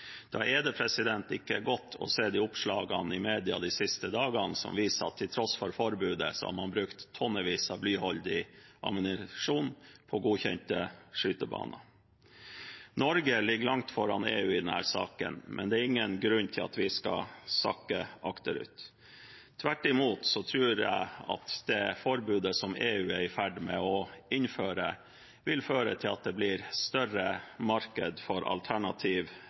Da er det ikke godt å se oppslagene i media de siste dagene som viser at man til tross for forbudet har brukt tonnevis av blyholdig ammunisjon på godkjente skytebaner. Norge ligger langt foran EU i denne saken, men det er ingen grunn til at vi skal sakke akterut. Tvert imot tror jeg at det forbudet som EU er i ferd med å innføre, vil føre til at det blir et større marked for alternativ